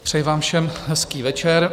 Přeji vám všem hezký večer.